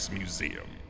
museum